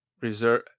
reserve